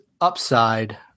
upside